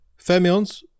fermions